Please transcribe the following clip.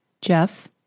jeff